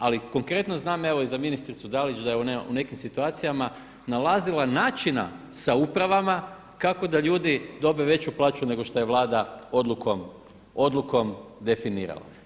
Ali konkretno znam, evo i za ministricu Dalić da je u nekim situacijama nalazila načina sa upravama kako da ljudi dobe veću plaću nego šta je Vlada odlukom definirala.